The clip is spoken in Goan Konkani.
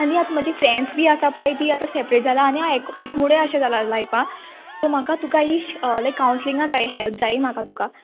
आनी आतां म्हजी फ्रेंडस बी आसा पळय ती आतां सेपरेट जाला आनी हांव एकमुडें अशें लायफाक सो म्हाका तुका ही लायक कावन्सीलींग जाय हेल्प जाय म्हाका तुका